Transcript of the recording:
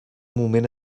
moment